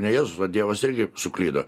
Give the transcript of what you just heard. ne jėzus o dievas irgi suklydo